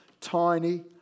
tiny